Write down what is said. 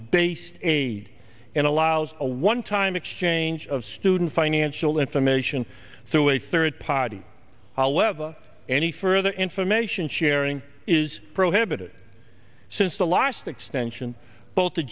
based aid and allows a one time exchange of student financial information through a third party however any further information sharing is prohibited since the last extension both the